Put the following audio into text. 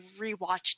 rewatched